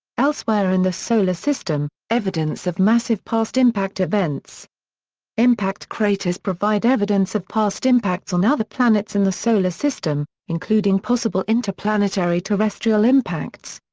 elsewhere in the solar system evidence of massive past impact events impact craters provide evidence of past impacts on other planets in the solar system, including possible interplanetary terrestrial impacts.